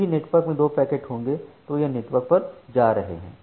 जब भी नेटवर्क में दो पैकेट होंगे तो वह नेटवर्क पर जा रहे हैं